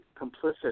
complicit